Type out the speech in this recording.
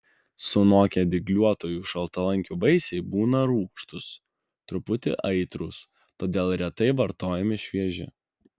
sunokę dygliuotųjų šaltalankių vaisiai būna rūgštūs truputį aitrūs todėl retai vartojami švieži